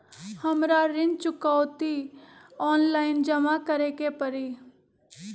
हमरा ऋण चुकौती ऑनलाइन जमा करे के परी?